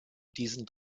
diesen